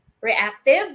reactive